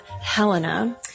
helena